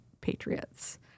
patriots